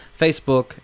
Facebook